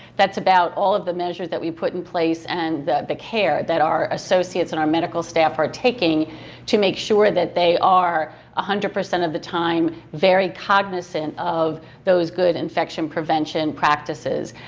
that's about all of the measures that we put in place and the the care that our associates and our medical staff are taking to make sure that they are a hundred percent of the time very cognizant of those good infection prevention practices.